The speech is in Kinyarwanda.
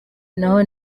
naho